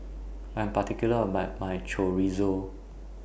I'm particular about My Chorizo